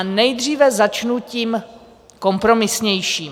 Nejdříve začnu tím kompromisnějším.